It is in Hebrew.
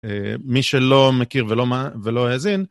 מי שלא מכיר ולא מה, ולא האזין.